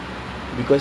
why though